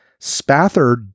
spather